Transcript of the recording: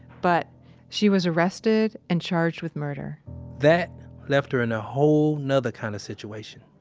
but she was arrested and charged with murder that left her in a whole nother kind of situation